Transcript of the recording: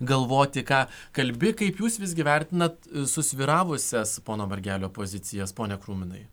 galvoti ką kalbi kaip jūs visgi vertinat susvyravusias pono margelio pozicijas pone krūminai